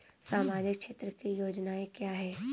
सामाजिक क्षेत्र की योजनाएँ क्या हैं?